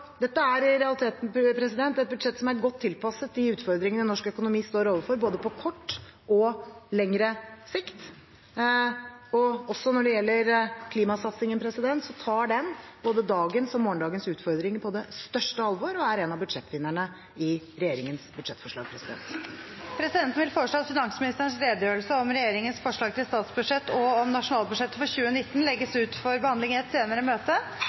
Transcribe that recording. Dette er i realiteten et budsjett som er godt tilpasset de utfordringene norsk økonomi står overfor på både kort og lengre sikt. Og også når det gjelder klimasatsingen, tar det både dagens og morgendagens utfordringer på det største alvor. Det er en av budsjettvinnerne i regjeringens budsjettforslag. Presidenten foreslår at finansministerens redegjørelse om regjeringens forslag til statsbudsjett og om nasjonalbudsjettet for 2020 legges ut for behandling i et senere møte.